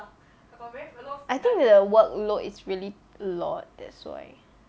I think the workload is really a lot that's why